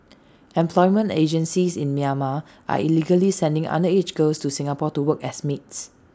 employment agencies in Myanmar are illegally sending underage girls to Singapore to work as maids